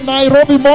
Nairobi